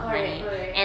correct correct